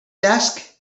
desk